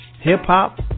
hip-hop